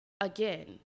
again